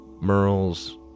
Merle's